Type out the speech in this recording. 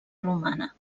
romana